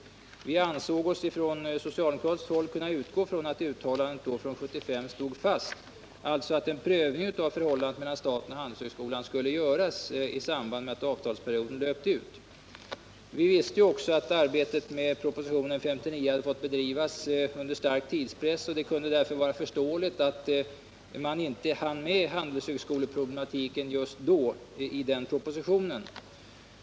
Vi ansåg oss från socialdemokratiskt håll kunna utgå från att uttalandet från 1975 stod fast, alltså att en prövning av förhållandet mellan staten och Handelshögskolan skulle göras i samband med att avtalsperioden löpte ut. Vi visste också att arbetet med propositionen 1976/77:59 hade fått bedrivas under stark tidspress. Det kunde därför vara förståeligt om man inte hann med Handelshögskoleproblematiken i den propositionen.